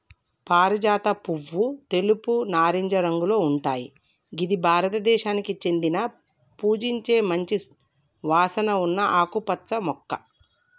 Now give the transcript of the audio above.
పారిజాత పువ్వు తెలుపు, నారింజ రంగులో ఉంటయ్ గిది భారతదేశానికి చెందిన పూజించే మంచి వాసన ఉన్న ఆకుపచ్చ మొక్క